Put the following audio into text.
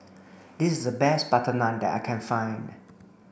this is the best butter naan that I can find